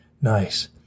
nice